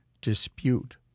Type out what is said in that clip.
dispute